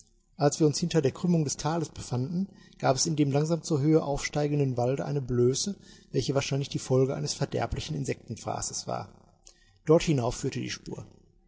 als wir uns hinter der krümmung des tales befanden gab es in dem langsam zur höhe aufsteigenden walde eine blöße welche wahrscheinlich die folge eines verderblichen insektenfraßes war dort hinauf führte die spur